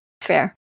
Fair